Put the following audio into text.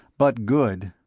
but good!